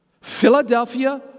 Philadelphia